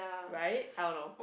right I don't know